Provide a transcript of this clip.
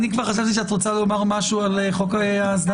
אני כבר חשבתי שאת רוצה לומר משהו על חוק האסדרה.